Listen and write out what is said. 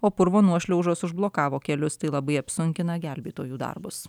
o purvo nuošliaužos užblokavo kelius tai labai apsunkina gelbėtojų darbus